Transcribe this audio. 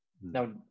now